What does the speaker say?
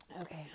okay